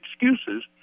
excuses